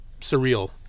surreal